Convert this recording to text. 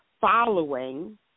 following